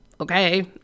okay